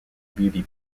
beauty